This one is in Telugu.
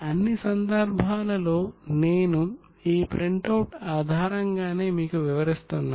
అన్ని సందర్భాల్లో నేను ఈ ప్రింటౌట్ ఆధారంగానే మీకు వివరిస్తున్నాను